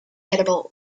edible